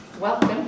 Welcome